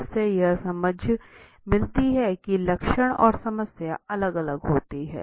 इससे यह समझ मिलती है लक्षण और समस्या अलग अलग होती है